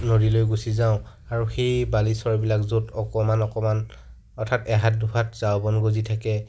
নদীলৈ গুচি যাওঁ আৰু সেই বালিচৰবিলাক য'ত অকণমান অকণমান অৰ্থাৎ এহাত দুহাত ঝাৰু বন গজি থাকে